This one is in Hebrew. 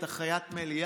אתה חיית מליאה.